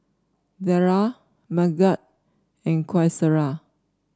Dara Megat and Qaisara